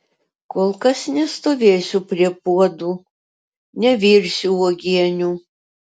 kol kas nestovėsiu prie puodų nevirsiu uogienių